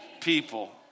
people